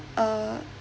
uh